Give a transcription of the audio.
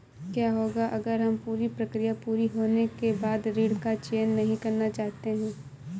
क्या होगा अगर हम पूरी प्रक्रिया पूरी होने के बाद ऋण का चयन नहीं करना चाहते हैं?